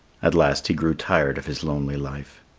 at last he grew tired of his lonely life.